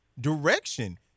direction